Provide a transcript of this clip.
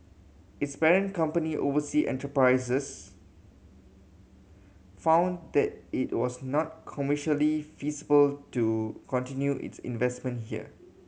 its parent company Oversea Enterprise found that it was not commercially feasible to continue its investment here